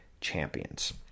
champions